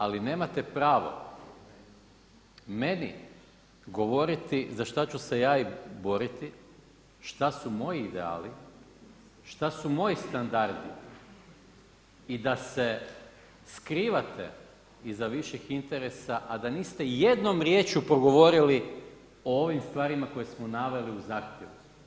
Ali nemate pravo meni govoriti za šta ću se ja boriti, šta su moji ideali, šta su moji standardi iza viših interesa, a da niste jednom riječju progovorili o ovim stvarima koje smo naveli u zahtjevu.